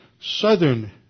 southern